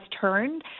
turned